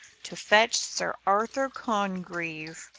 to fetch sir arthur congreve.